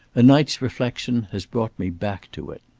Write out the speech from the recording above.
a night's reflection has brought me back to it.